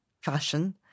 fashion